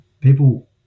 people